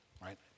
right